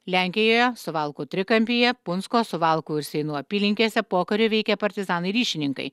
lenkijoje suvalkų trikampyje punsko suvalkų ir seinų apylinkėse pokariu veikė partizanai ryšininkai